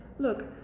Look